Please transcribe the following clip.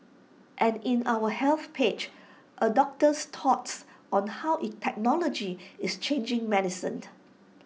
and in our health page A doctor's thoughts on how technology is changing